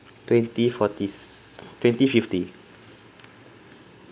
twenty forties twenty fifty